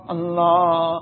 Allah